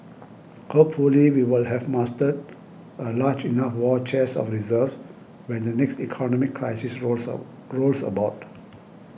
hopefully we will have mustered a large enough war chest of reserves when the next economic crisis rolls of rolls about